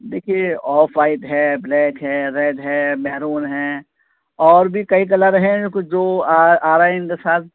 دیکھیے off white ہے black ہے ریڈ ہے میہرون ہیں اور بھی کئی کلر ہیں کچھ جو آ آ رہے ہیں ان کے ساتھ